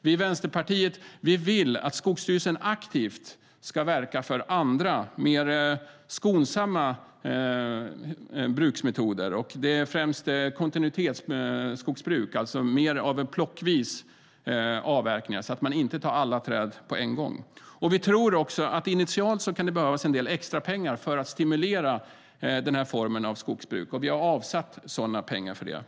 Vi i Vänsterpartiet vill att Skogsstyrelsen aktivt ska verka för andra mer skonsamma bruksmetoder. Det gäller främst kontinuitetsskogsbruk, alltså plockvis avverkning där man inte tar alla träd på en gång. Vi tror att det initialt kan behövas en del extra pengar för att stimulera den här formen av skogsbruk, och vi har avsatt pengar för det.